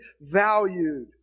valued